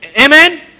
Amen